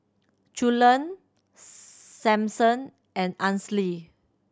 Cullen Sampson and Ansley